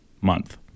month